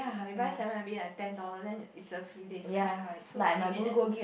like you buy seven M B like ten dollar then is the few days kind right so in the end